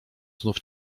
znów